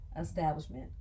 establishment